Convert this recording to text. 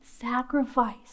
sacrifice